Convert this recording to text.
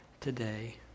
today